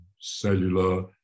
cellular